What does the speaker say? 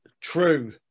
True